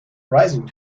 rising